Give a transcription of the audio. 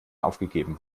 aufgegeben